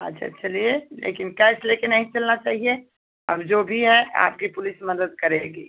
अच्छा चलिए लेकिन कैस लेकर नहीं चलना चाहिए अब जो भी है आपकी पुलिस मदद करेगी